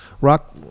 rock